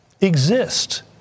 exist